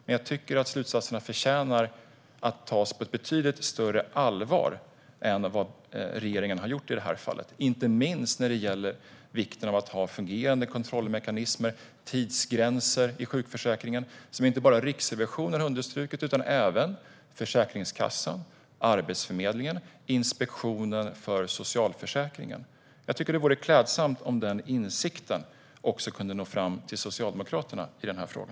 Men jag tycker att slutsatserna förtjänar att tas på ett betydligt större allvar än vad regeringen har gjort i detta fall. Det gäller inte minst vikten av att ha fungerande kontrollmekanismer och tidsgränser i sjukförsäkringen, som inte bara Riksrevisionen har understrukit utan även Försäkringskassan, Arbetsförmedlingen och Inspektionen för socialförsäkringen. Jag tycker att det vore klädsamt om den insikten också kunde nå fram till Socialdemokraterna i denna fråga.